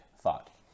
thought